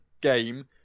game